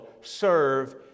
serve